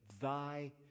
Thy